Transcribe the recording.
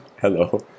Hello